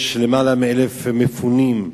יש יותר מ-1,000 מפונים,